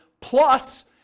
plus